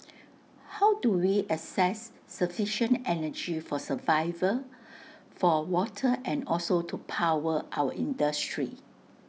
how do we access sufficient energy for survival for water and also to power our industry